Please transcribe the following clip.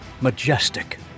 majestic